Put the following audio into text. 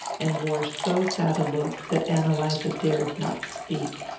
and wore so sad a look that ann eliza dared not speak.